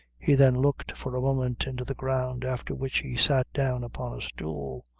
he then looked for a moment into the ground, after which he sat down upon a stool,